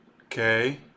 Okay